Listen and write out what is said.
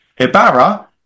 Ibarra